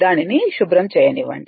దానిని శుభ్రం చేయనివ్వండి